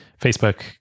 Facebook